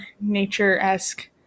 nature-esque